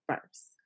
first